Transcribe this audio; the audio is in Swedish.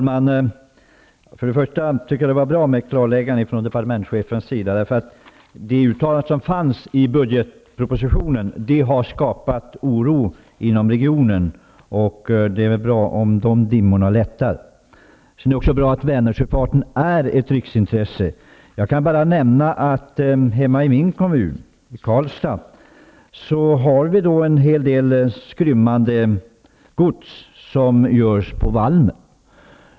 Herr talman! Jag tycker det var bra med ett klart svar från departementschefens sida. De uttalanden som fanns i budgetpropositionen har skapat oro inom regionen, och det är väl bra om de dimmorna lättar. Det är också bra att få höra att Vänersjöfarten är ett riksintresse. Jag kan nämna att vi hemma i min kommun, Karlstad, har en hel del skrymmande gods som görs på Valmet.